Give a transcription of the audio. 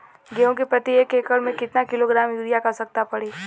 गेहूँ के प्रति एक एकड़ में कितना किलोग्राम युरिया क आवश्यकता पड़ी?